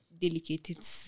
delicate